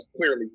clearly